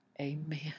Amen